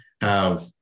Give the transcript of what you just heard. have-